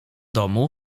domu